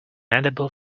edible